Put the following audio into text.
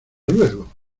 luego